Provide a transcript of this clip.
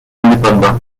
indépendants